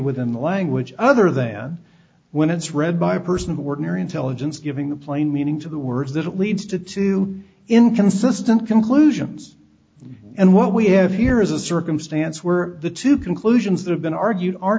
within the language other than when it's read by a person who are near intelligence giving the plain meaning to the words that it leads to two inconsistent conclusions and what we have here is a circumstance where the two conclusions that have been argued ar